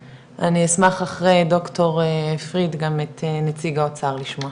אשמח אחרי ד"ר פריד גם את נציג האוצר לשמוע,